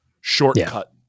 shortcut